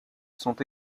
sont